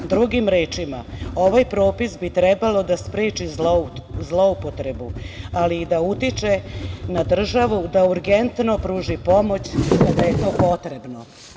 Drugim rečima, ovaj propis bi trebalo da spreči zloupotrebu ali i da utiče na državu da urgentno pruži pomoć kada je to potrebno.